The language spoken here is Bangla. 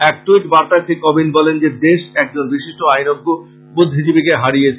এক ট্যইট বার্তায় শ্রী কোবিন্দ বলেন যে দেশ একজন বিশিষ্ট আইনজ্ঞ বুদ্ধিজীবীকে হারিয়েছে